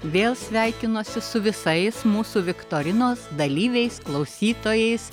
vėl sveikinuosi su visais mūsų viktorinos dalyviais klausytojais